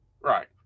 Right